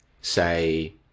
say